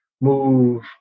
move